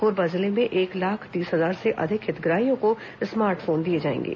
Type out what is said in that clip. कोरबा जिले में एक लाख तीस हजार से अधिक हितग्राहियों को स्मार्ट फोन दिए जाएंगे